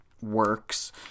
works